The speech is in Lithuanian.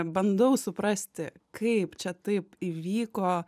bandau suprasti kaip čia taip įvyko